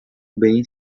bem